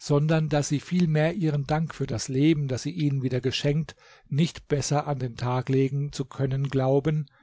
sondern daß sie vielmehr ihren dank für das leben das sie ihnen wieder geschenkt nicht besser an den tag legen zu können glauben